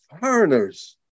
foreigners